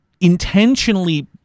intentionally